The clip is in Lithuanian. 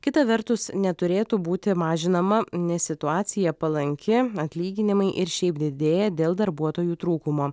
kita vertus neturėtų būti mažinama nes situacija palanki atlyginimai ir šiaip didėja dėl darbuotojų trūkumo